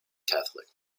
catholic